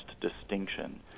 distinction